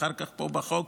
ואחר כך פה בחוק,